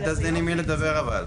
עד אז אין עם מי לדבר אבל.